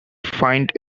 find